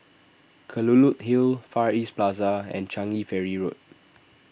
Kelulut Hill Far East Plaza and Changi Ferry Road